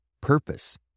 purpose